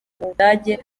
budage